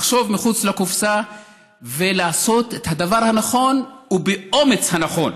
לחשוב מחוץ לקופסה ולעשות את הדבר הנכון ובאומץ הנכון,